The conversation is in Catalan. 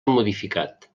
modificat